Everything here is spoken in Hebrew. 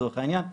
לצורך העניין,